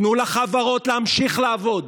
תנו לחברות להמשיך לעבוד.